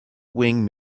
wing